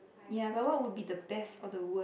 ya but what would be the best or the worst